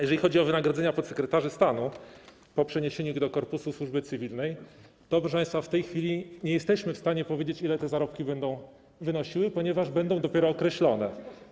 Jeżeli chodzi o wynagrodzenia podsekretarzy stanu po przeniesieniu ich do korpusu służby cywilnej, to, proszę państwa, w tej chwili nie jesteśmy w stanie powiedzieć, ile te zarobki będą wynosiły, ponieważ zostaną dopiero określone.